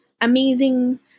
amazing